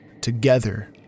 Together